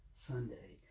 Sunday